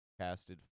casted